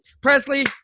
Presley